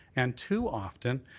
and too often,